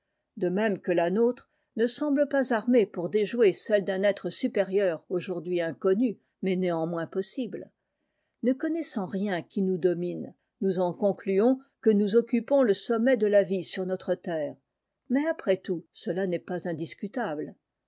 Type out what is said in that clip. de même que la nôtre ne semble pas armée pour déjouer celles d'un être supérieur aujourd'hui inconnu mais néanmoins possible ne connaissant rien qui nous domine nous en concluons que nous occupons le sommet de la vie sur notre terre mais après tout cela n'est pas indiscutable